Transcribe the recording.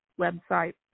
website